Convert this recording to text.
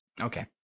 Okay